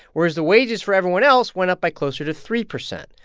whereas the wages for everyone else went up by closer to three percent.